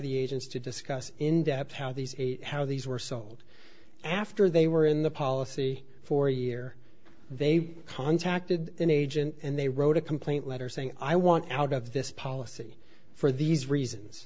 the agents to discuss in depth how these a how these were sold after they were in the policy for a year they contacted an agent and they wrote a complaint letter saying i want out of this policy for these reasons